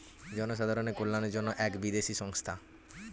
জনসাধারণের কল্যাণের জন্য এক বিদেশি সংস্থা